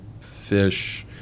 fish